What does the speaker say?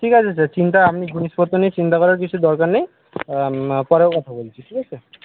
ঠিক আছে স্যার চিন্তা আপনি জিনিসপত্র নিয়ে চিন্তা করার কিছু দরকার নেই পরে কথা বলছি ঠিক আছে